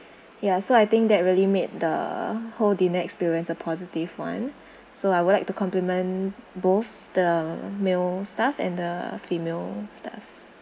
ya so I think that really made the whole dinner experience a positive [one] so I would like to compliment both the male staff and the female